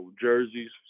jerseys